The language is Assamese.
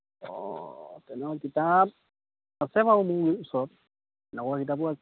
অঁ তেনেকুৱা কিতাপ আছে বাৰু মোৰ ওচৰত কিতাপো আছে